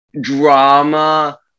drama